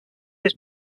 his